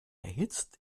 erhitzt